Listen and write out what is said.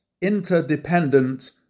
interdependent